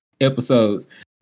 episodes